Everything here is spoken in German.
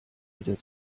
wieder